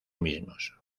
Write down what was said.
mismos